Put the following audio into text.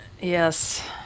Yes